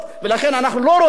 ולכן אנחנו לא רוצים.